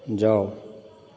जाउ